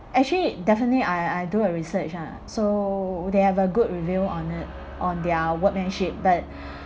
actually definitely I I do a research lah so they have a good review on it on their workmanship but